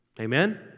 amen